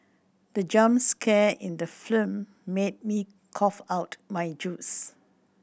the jump scare in the film made me cough out my juice